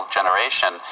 generation